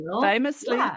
famously